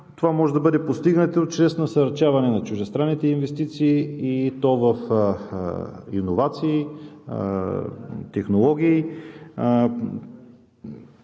това може да бъде постигнато чрез насърчаване на чуждестранните инвестиции, и то в иновации, технологии